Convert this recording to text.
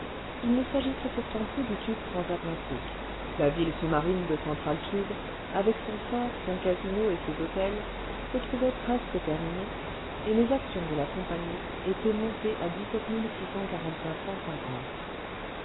il ne s'agissait pourtant plus du tube transatlantique la ville sous-marine de central tube avec son fort son casino et ses hôtels se trouvait presque terminée et les actions de la compagnie étaient montées à